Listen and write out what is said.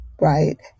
Right